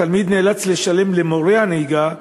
והתלמיד נאלץ לשלם למורה הנהיגה,